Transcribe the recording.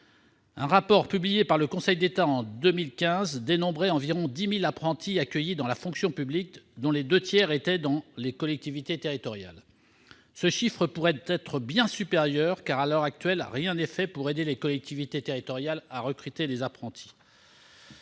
Un rapport publié par le Conseil d'État en 2015 dénombrait environ 10 000 apprentis accueillis dans la fonction publique, dont les deux tiers dans les collectivités territoriales, un chiffre qui pourrait être bien supérieur, car rien n'est fait, à l'heure actuelle, pour aider les collectivités territoriales dans ce domaine.